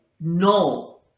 no